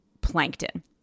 plankton